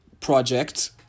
project